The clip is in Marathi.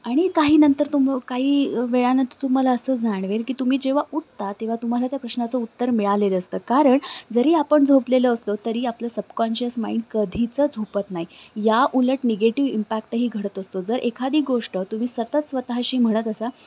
आणि काही नंतर तुम काही वेळानंतर तुम्हाला असं जाणवेल की तुम्ही जेव्हा उठता तेव्हा तुम्हाला त्या प्रश्नाचं उत्तर मिळालेलं असतं कारण जरी आपण झोपलेलो असलो तरी आपलं सबकॉन्शियस माइंड कधीच झोपत नाही या उलट निगेटिव इम्पॅक्टही घडत असतो जर एखादी गोष्ट तुम्ही सतत स्वतःशी म्हणत असा